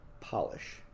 polish